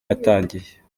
yatangiye